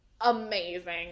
amazing